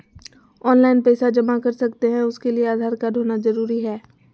Online पैसा जमा कर सकते हैं उसके लिए आधार कार्ड होना जरूरी है?